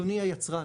אדוני היצרן